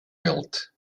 built